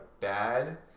bad